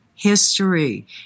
History